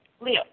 Leo